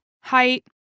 height